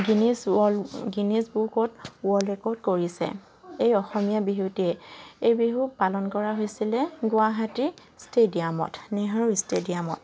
Guinness world Guinness বুকত world record কৰিছে এই অসমীয়া বিহুটিয়ে এই বিহু পালন কৰা হৈছিলে গুৱাহাটীৰ ষ্টেডিয়ামত নেহেৰু ষ্টেডিয়ামত